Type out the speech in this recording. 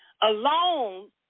alone